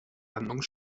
handlung